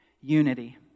Unity